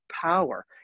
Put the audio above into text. power